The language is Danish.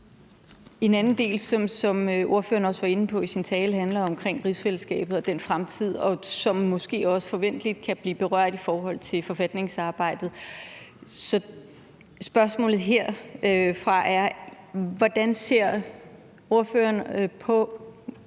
En anden del, som ordføreren også var inde på i sin tale, handler om rigsfællesskabet og den fremtid, som måske også forventeligt kan blive berørt af forfatningsarbejdet. Så spørgsmålet herfra er: Hvordan ser ordføreren på